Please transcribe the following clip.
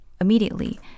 immediately